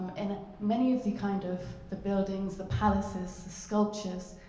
um and ah many of the kind of the buildings, the palaces, the sculptures,